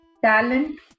talent